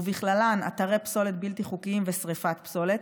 ובכללן אתרי פסולת בלתי חוקיים ושרפת פסולת,